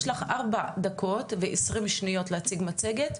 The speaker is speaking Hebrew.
יש לך ארבע דקות ועשרים שניות להציג מצגת,